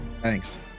thanks